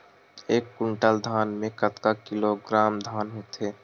एक कुंटल धान में कतका किलोग्राम धान होथे?